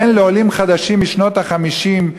בן לעולים חדשים משנות ה-50,